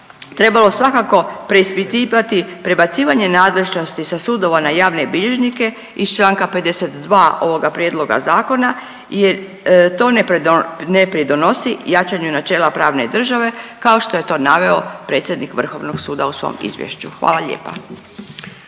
trebalo svakako preispitivati prebacivanje nadležnosti sa sudova na javne bilježnike iz članka 52. ovoga prijedloga zakona jer to ne pridonosi jačanju načela pravne države kao što je to naveo predsjednik Vrhovnog suda u svom izvješću. Hvala lijepa.